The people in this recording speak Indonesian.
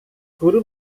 guru